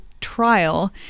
trial